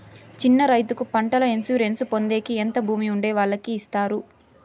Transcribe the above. చిన్న రైతుకు పంటల ఇన్సూరెన్సు పొందేకి ఎంత భూమి ఉండే వాళ్ళకి ఇస్తారు?